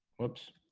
whoops